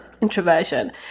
introversion